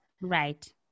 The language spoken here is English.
Right